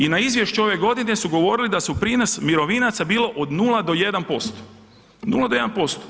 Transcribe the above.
I na izvješću ove godine su govorili da su prinos mirovinaca bilo od 0-1%, 0-1%